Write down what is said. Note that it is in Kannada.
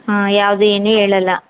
ಹಾಂ ಯಾವುದು ಏನು ಹೇಳಲ್ಲ